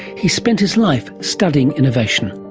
he spent his life studying innovation.